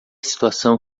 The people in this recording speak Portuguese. situação